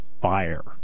fire